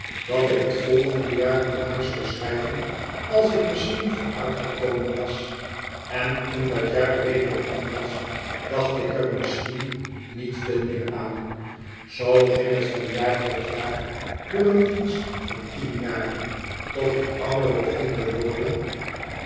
dat ik het volgende jaar naar huis zou schrijven als ik misschien vooruitgekomen was en toen dat jaar weder om was dacht ik er misschien niet veel meer aan zoo ging het van jaar tot jaar door een dienst van tien jaren tot ik ouder begon te worden